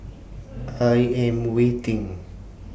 I Am waiting